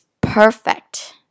perfect